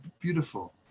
beautiful